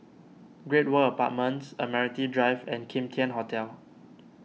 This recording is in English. Great World Apartments Admiralty Drive and Kim Tian Hotel